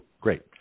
great